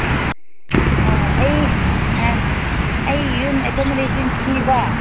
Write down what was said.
ꯑꯥ ꯑꯩ ꯑꯥ ꯑꯩ ꯌꯨꯝ ꯑꯦꯀꯣꯃꯣꯗꯦꯁꯟ ꯊꯤꯕ